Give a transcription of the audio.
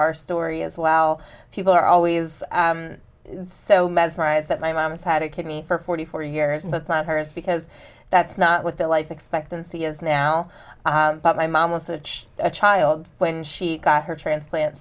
our story as well people are always so mesmerized that my mom has had a kidney for forty four years and that's not hers because that's not what the life expectancy is now but my mom was such a child when she got her transplant